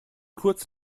kurz